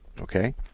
okay